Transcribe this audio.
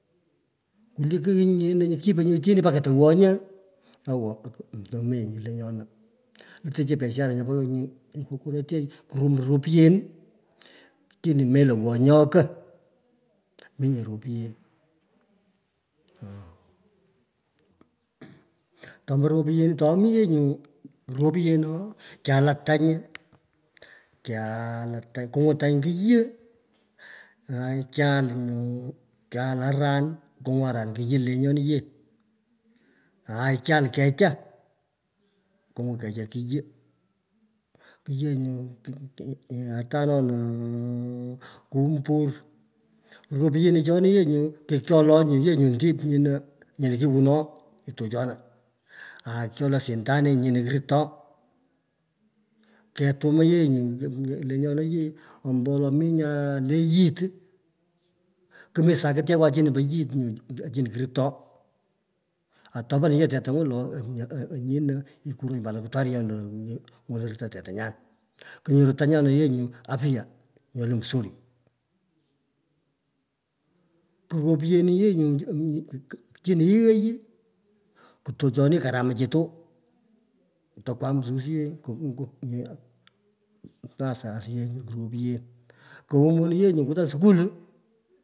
Kuliko ye nyu nyino chini mpaka towonyi, owo meenye chi lenyona. Lutoi chi piashara nyopo kuk kukonetonyi kurumu ropyen, chini melo wonyo ko. Mi nyu ropyen oo, kyala tanyi kyaala tanyi, kungwin tany kuyii aai kyal nguu, kyal aran, kungwin aran kiyiyoi lenyoni yee, aai, kyal kechaa, kungwin kecha kiyii kiyii nyo kunyonaa kumbur. Ropyenichoni yee nyu kokyyoloi nyu yee nyu dip nyino, nyino kiwunoi tuchona, aa, kyoloi sintani nyino kuritoi ketumu yee nyuu, lenyona yee, ombo wolo mi nya le yit, kumi sakityekwa chino po yit nyu chino kurutoi. Atapon yee tetang’o lo, onyino, ikironyi pat loktarion lo ny’ono ruto tetanyan. Kunyero tanyona yee nyu tanyona afya nyo lee msuri. Kuropyeni yee nyu angit chini yioi, kutuchoni karamachitu, tokwam sus yee asiyech ku ropiyen kowo monung yee nyo kotang skul.